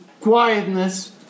quietness